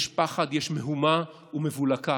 יש פחד, יש מהומה ומבולקה.